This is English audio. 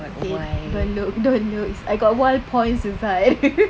eh don't look don't look I got wild pornographies inside